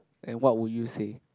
and what will you say